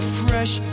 fresh